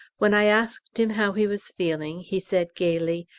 when i asked him how he was feeling, he said gaily,